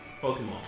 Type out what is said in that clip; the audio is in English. Pokemon